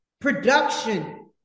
production